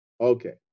Okay